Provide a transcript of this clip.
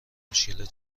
مشکل